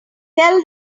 tell